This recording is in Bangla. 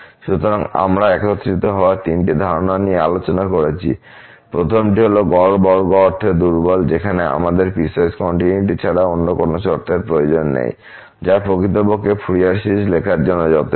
সুতরাং আমরা একত্রিত হওয়ার তিনটি ধারণা নিয়ে আলোচনা করেছি প্রথমটি হল গড় বর্গ অর্থে দুর্বল যেখানে আমাদের পিসওয়াইস কন্টিনিউয়িটি ছাড়া অন্য কোন শর্তের প্রয়োজন নেই যা প্রকৃতপক্ষে ফুরিয়ার সিরিজ লেখার জন্য যথেষ্ট